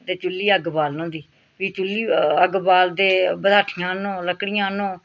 ते चुल्ली अग्ग बालन होंदी फ्ही चुल्ली अग्ग बाल ते बलाठियां आह्नो लकड़ियां आह्नो